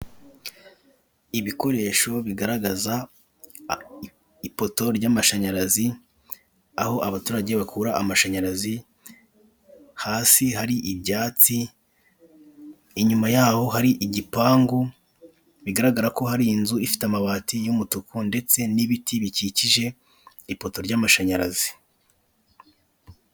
Ibikoresho bigaragaza ipoto ry'amashanyarazi aho abaturage bakura amashanyarazi, hasi hari ibyatsi inyuma yaho hari igipangu bigaragara ko hari inzu ifite amabati y'umutuku ndetse n'ibiti bikikije ipoto ry'amashanyarazi.